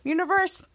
Universe